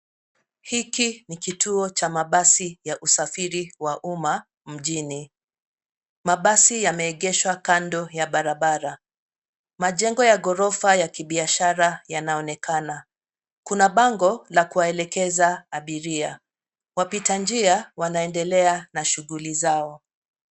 Hiki ni kituo cha mabasi ya usafiri wa umma mjini. Mabasi yameegeshwa kando ya barabara. Majengo ya ghorofa ya kibiashara yanaonekana. Kuna bango la kuwaelekeza abiria. Wapitanjia wanaendelea na shughuli zao.